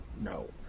No